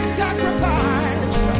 sacrifice